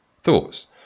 thoughts